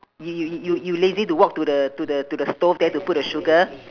you you you you you lazy to walk to the to the to the stove there to put the sugar